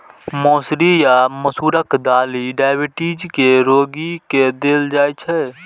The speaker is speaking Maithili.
मौसरी या मसूरक दालि डाइबिटीज के रोगी के देल जाइ छै